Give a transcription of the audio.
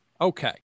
Okay